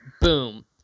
Boom